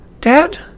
Dad